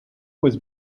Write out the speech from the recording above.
was